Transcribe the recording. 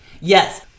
Yes